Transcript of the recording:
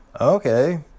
okay